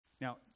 Now